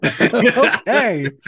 Okay